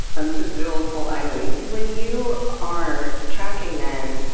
um to build whole islands! when you are tracking them,